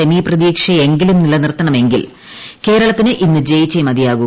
semi പ്രതീക്ഷ എങ്കിലും നിലനിൽത്തണമെങ്കിൽ കേരളത്തിന് ഇന്ന് ജയിച്ചേ മതിയാകു